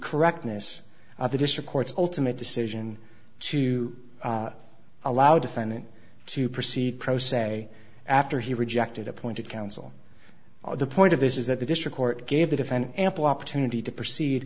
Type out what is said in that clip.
correctness of the district court's ultimate decision to allow defendant to proceed process a after he rejected appointed counsel or the point of this is that the district court gave the defendant ample opportunity to proceed